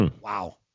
wow